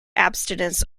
abstinence